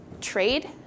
trade